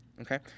Okay